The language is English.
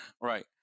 Right